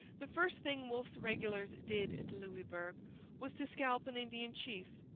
the first thing wolfe's regulars did at louisbourg was to scalp an indian chief.